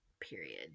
Period